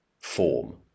form